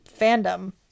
fandom